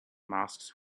masks